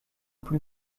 plus